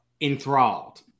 enthralled